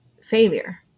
failure